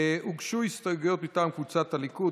הוגשו הסתייגויות מטעם קבוצת סיעת הליכוד,